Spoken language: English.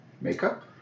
Makeup